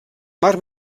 mar